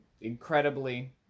incredibly